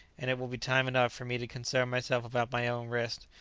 and it will be time enough for me to concern myself about my own rest,